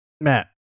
matt